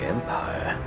Empire